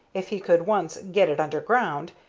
if he could once get it underground,